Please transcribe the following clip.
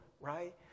right